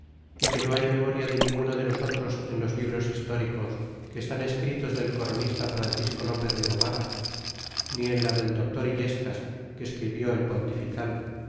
y que no hay memoria de ninguno de nosotros en los libros históricos que estan escritos del coronista francisco lopez de gomara ni en la del doctor illescas que escribió el pontifical